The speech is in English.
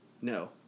No